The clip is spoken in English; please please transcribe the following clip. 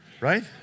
right